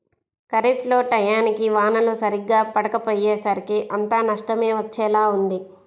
ఖరీఫ్ లో టైయ్యానికి వానలు సరిగ్గా పడకపొయ్యేసరికి అంతా నష్టమే వచ్చేలా ఉంది